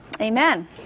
Amen